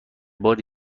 باری